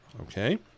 Okay